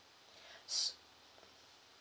so